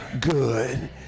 good